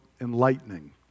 enlightening